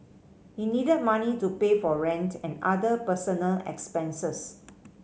he needed money to pay for rent and other personal expenses